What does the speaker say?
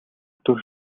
дүр